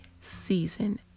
season